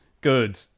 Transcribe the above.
Good